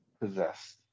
Possessed